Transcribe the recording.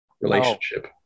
relationship